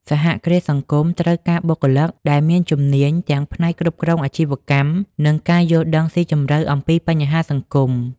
សហគ្រាសសង្គមត្រូវការបុគ្គលិកដែលមានជំនាញទាំងផ្នែកគ្រប់គ្រងអាជីវកម្ម និងការយល់ដឹងស៊ីជម្រៅអំពីបញ្ហាសង្គម ។